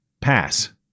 pass